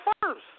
first